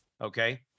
okay